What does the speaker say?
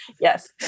Yes